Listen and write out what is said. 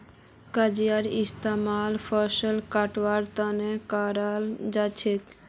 कचियार इस्तेमाल फसल कटवार तने कराल जाछेक